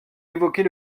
évoquez